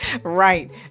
Right